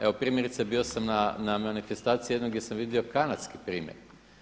Evo primjerice bio sam na manifestaciji jednog gdje sam vidio kanadski primjer.